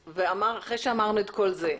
אחרי שאמרנו את כל זה,